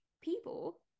people